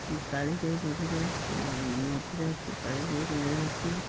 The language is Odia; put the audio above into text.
କାଳିଜାଇ ମନ୍ଦିର ମଝିରେ ଅଛି କାଳିଜାଇ ମନ୍ଦିର ଅଛି